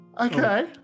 Okay